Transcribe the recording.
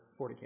40k